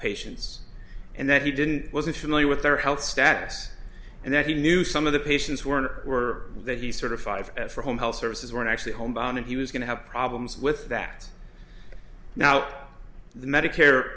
patients and that he didn't wasn't familiar with their health status and that he knew some of the patients who were were that he sort of five for home health services were actually home and he was going to have problems with that now the medicare